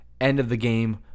end-of-the-game